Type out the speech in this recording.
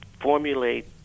formulate